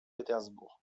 pétersbourg